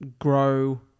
grow